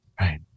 right